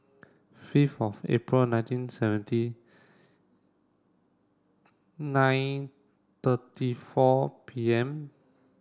fifth of April nineteen seventy nine thirty four P M